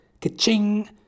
Ka-ching